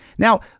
Now